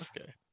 Okay